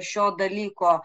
šio dalyko